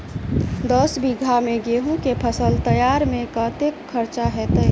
दस बीघा मे गेंहूँ केँ फसल तैयार मे कतेक खर्चा हेतइ?